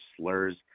slurs